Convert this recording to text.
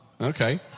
Okay